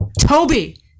Toby